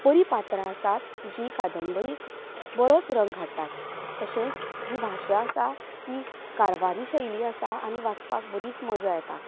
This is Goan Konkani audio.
बरी पात्रां आसात जी कादंबरीक बरोच रंग हाडटात तशेंच जी भाशा आसा ती कारवारी शैली आसा आनी वाचपाक बरीच मजा येता